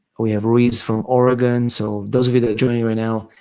we have reese from oregon. so, those of you that are joining right now,